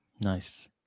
Nice